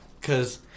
Cause